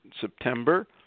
September